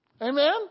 Amen